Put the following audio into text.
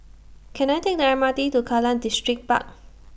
Can I Take The M R T to Kallang Distripark